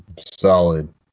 solid